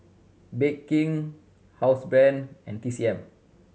Bake King Housebrand and T C M